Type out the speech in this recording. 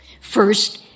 First